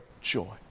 joy